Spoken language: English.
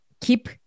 keep